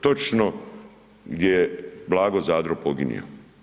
Točno gdje je Blago Zadro poginuo.